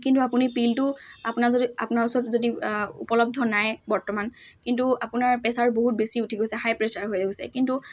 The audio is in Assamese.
কিন্তু আপুনি পিলটো আপোনাৰ যদি আপোনাৰ ওচৰত যদি উপলব্ধ নাই বৰ্তমান কিন্তু আপোনাৰ প্ৰেছাৰ বহুত বেছি উঠি গৈছে হাই প্ৰেছাৰ হৈ গৈছে কিন্তু